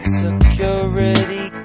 security